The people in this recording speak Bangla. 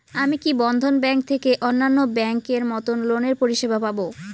আমি কি বন্ধন ব্যাংক থেকে অন্যান্য ব্যাংক এর মতন লোনের পরিসেবা পাব?